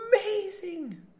Amazing